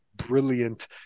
brilliant